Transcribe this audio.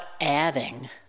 adding